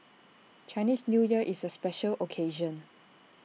Chinese New Year is A special occasion